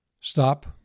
Stop